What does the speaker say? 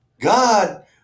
God